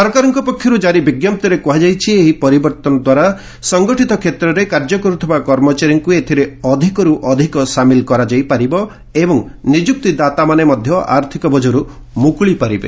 ସରକାରଙ୍କ ପକ୍ଷରୁ ଜାରି ବିଞ୍ଜପ୍ତିରେ କୁହାଯାଇଛି ଏହି ପରିବର୍ତ୍ତନ ଦ୍ୱାରା ସଂଗଠିତ କ୍ଷେତ୍ରରେ କାର୍ଯ୍ୟକରୁଥିବା କର୍ମଚାରୀଙ୍କୁ ଏଥିରେ ଅଧିକରୁ ଅଧିକ ସାମିଲ କରାଯାଇ ପାରିବ ଏବଂ ନିଯୁକ୍ତିଦାତା ମଧ୍ୟ ଆର୍ଥିକ ବୋଝରୁ ମୁକୁଳିପାରିବେ